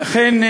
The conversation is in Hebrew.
אכן,